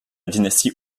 dynastie